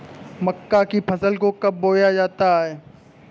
मक्का की फसल को कब बोया जाता है?